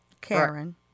Karen